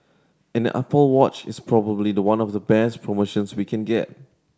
an the Apple Watch is probably the one of the best promotions we can get